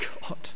God